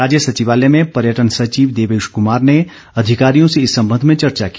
राज्य सचिवालय में पर्यटन सचिव देवेश कुमार ने अधिकारियों से इस संबंध में चर्चा की